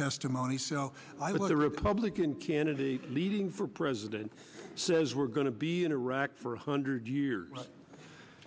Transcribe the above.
testimony so i was a republican candidate leading for president says we're going to be in iraq for one hundred years